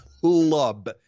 club